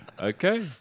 Okay